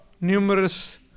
numerous